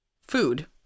food